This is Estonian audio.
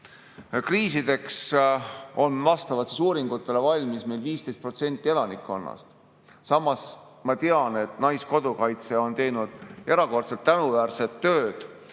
Kriisideks on vastavalt uuringutele valmis meil 15% elanikkonnast. Samas ma tean, et Naiskodukaitse on teinud erakordselt tänuväärset tööd.